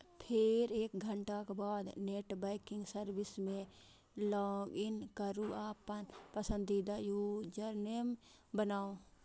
फेर एक घंटाक बाद नेट बैंकिंग सर्विस मे लॉगइन करू आ अपन पसंदीदा यूजरनेम बनाउ